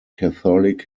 catholic